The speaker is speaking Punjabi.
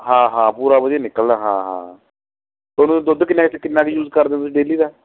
ਹਾਂ ਹਾਂ ਪੂਰਾ ਵਧੀਆ ਨਿਕਲਦਾ ਹਾਂ ਹਾਂ ਤੁਹਾਨੂੰ ਦੁੱਧ ਕਿੰਨੇ 'ਚ ਕਿੰਨਾ ਕੁ ਯੂਜ਼ ਕਰਦੇ ਹੋ ਤੁਸੀਂ ਡੇਲੀ ਦਾ